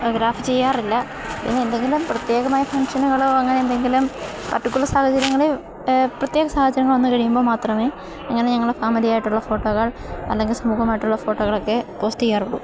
graph ചെയ്യാറില്ല പിന്നെ എന്തെങ്കിലും പ്രത്യേകമായി ഫങ്ഷനുകളോ അങ്ങനെ എന്തെങ്കിലും പർട്ടിക്കുലർ സാഹചര്യങ്ങളിൽ പ്രത്യേക സാഹചര്യങ്ങൾ വന്നു കഴിയുമ്പോൾ മാത്രമേ അങ്ങനെ ഞങ്ങളുടെ ഫാമിലി ആയിട്ടുള്ള ഫോട്ടോകൾ അല്ലെങ്കിൽ സമൂഹമായിട്ടുള്ള ഫോട്ടോകളൊക്കെ പോസ്റ്റ് ചെയ്യാറുള്ളൂ